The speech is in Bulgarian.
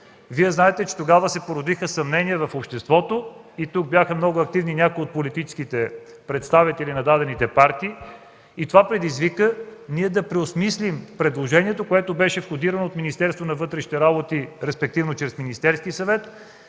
знаете, че тогава се породиха съмнения в обществото. Тогава бяха много активни някои представители на политически партии. Това ни предизвика да преосмислим предложението, което беше входирано от Министерството на вътрешните работи, респективно чрез Министерския съвет.